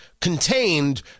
contained